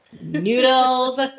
Noodles